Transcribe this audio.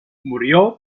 murió